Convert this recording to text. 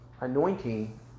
anointing